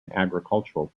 agricultural